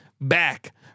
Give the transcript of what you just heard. back